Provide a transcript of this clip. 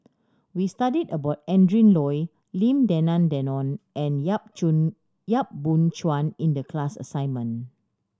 we studied about Adrin Loi Lim Denan Denon and Yap Yap Boon Chuan in the class assignment